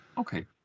Okay